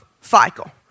cycle